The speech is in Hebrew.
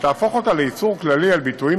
ותהפוך אותה לאיסור כללי על ביטויים